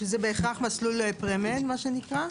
שזה בהכרח מסלול Pre Med, מה שנקרא?